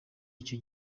icyo